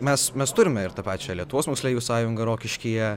mes mes turime ir tą pačią lietuvos moksleivių sąjungą rokiškyje